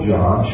John